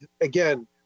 again